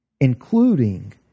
Including